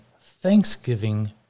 Thanksgiving